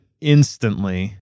instantly